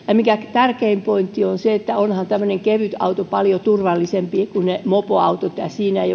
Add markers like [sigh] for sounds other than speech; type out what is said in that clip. tärkein pointti on se että onhan tämmöinen kevytauto paljon turvallisempi kuin mopoautot niissä ei [unintelligible]